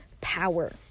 power